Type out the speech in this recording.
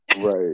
right